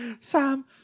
Sam